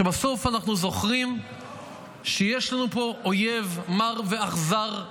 שבסוף אנחנו זוכרים שיש לנו פה אויב מר ואכזר,